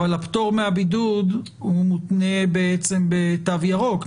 אבל הפטור מהבידוד מותנה בעצם בתו ירוק,